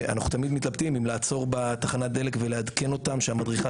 שאנחנו תמיד מתלבטים אם לעצור בתחנת דלק ולעדכן אותם שהמדריכה